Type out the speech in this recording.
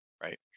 Right